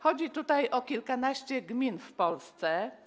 Chodzi tutaj o kilkanaście gmin w Polsce.